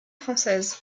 française